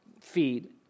feed